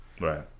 Right